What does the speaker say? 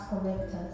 collectors